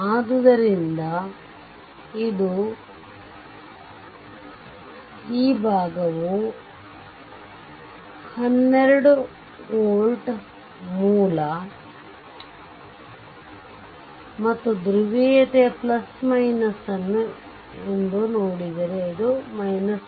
ಆದ್ದರಿಂದ ಇದು ಈ ಭಾಗವು 12 ವೋಲ್ಟ್ ಮೂಲ ಮತ್ತು ಧ್ರುವೀಯತೆ ಎಂದು ನೋಡಿದರೆ ಇದು 6Ω